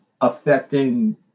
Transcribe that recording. affecting